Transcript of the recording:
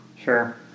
sure